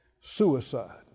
Suicide